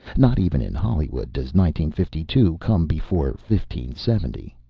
not even in hollywood does nineteen-fifty-two come before fifteen-seventy.